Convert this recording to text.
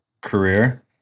career